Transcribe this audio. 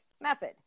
method